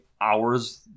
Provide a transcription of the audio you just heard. hours